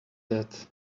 that